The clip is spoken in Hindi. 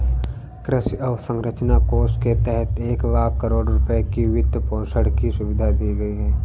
कृषि अवसंरचना कोष के तहत एक लाख करोड़ रुपए की वित्तपोषण की सुविधा दी गई है